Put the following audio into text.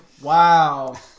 Wow